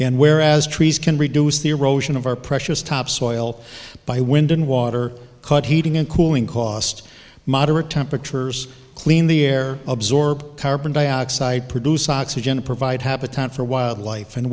and where as trees can reduce the erosion of our precious topsoil by wind and water cut heating and cooling cost moderate temperatures clean the air absorb carbon dioxide produce oxygen provide habitat for wildlife and